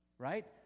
right